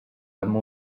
amb